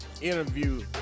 interview